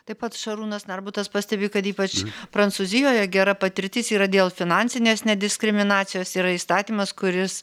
taip pat šarūnas narbutas pastebi kad ypač prancūzijoje gera patirtis yra dėl finansinės nediskriminacijos yra įstatymas kuris